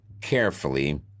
carefully